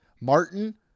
Martin